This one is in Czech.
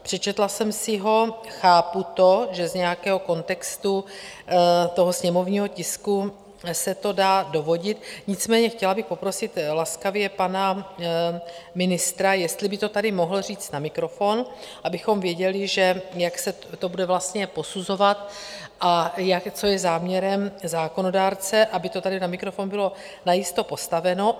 Přečetla jsem si ho, chápu to, že z nějakého kontextu sněmovního tisku se to dá dovodit, nicméně chtěla bych poprosit laskavě pana ministra, jestli by to tady mohl říct na mikrofon, abychom věděli, jak se to bude vlastně posuzovat a co je záměrem zákonodárce, aby to tady na mikrofon bylo najisto postaveno.